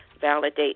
validate